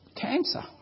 cancer